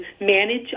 manage